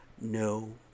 no